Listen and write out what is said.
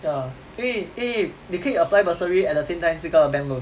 ya 因为因为你可以 apply bursary at the same time 这个 bank loan